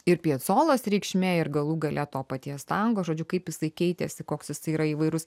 ir piacolos reikšmė ir galų gale to paties lango žodžiu kaip jisai keitėsi koks jis yra įvairus